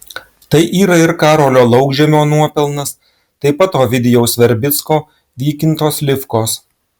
tai yra ir karolio laukžemio nuopelnas taip pat ovidijaus verbicko vykinto slivkos